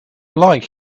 like